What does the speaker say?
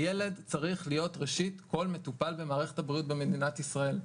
הילד צריך להיות ראשית כל מטופל במערכת הבריאות במדינת ישראל.